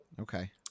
okay